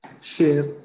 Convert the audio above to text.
Share